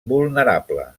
vulnerable